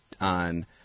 on